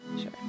sure